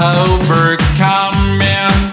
overcoming